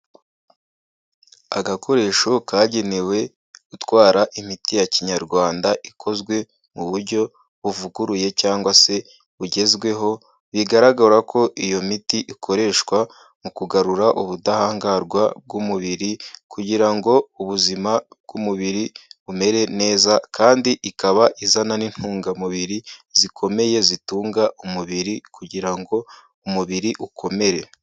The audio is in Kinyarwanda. Agakoresho kagenewe gutwara imiti ya Kinyarwanda ikozwe mu buryo buvuguruye cyangwa se bugezweho, bigaragara ko iyo miti ikoreshwa mu kugarura ubudahangarwa bw'umubiri kugira ngo ubuzima bw'umubiri bumere neza kandi ikaba izana n'intungamubiri zikomeye, zitunga umubiri kugira ngo umubiri ukomere.